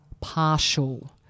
partial